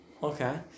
Okay